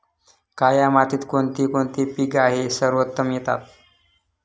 काया मातीत कोणते कोणते पीक आहे सर्वोत्तम येतात?